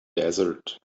desert